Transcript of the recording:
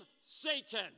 Satan